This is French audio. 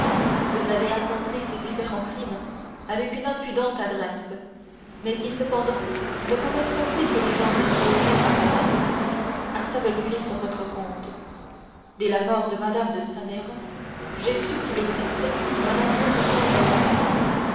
vous avez accompli ces différents crimes avec une impudente adresse mais qui cependant ne pouvait tromper que les gens disposés par leur affection à s'aveugler sur votre compte dès la mort de mme de saint méran j'ai su qu'il existait un empoisonneur dans ma maison